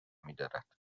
میدارد